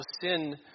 sin